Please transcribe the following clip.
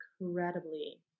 incredibly